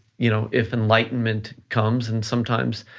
you know if enlightenment comes and sometimes,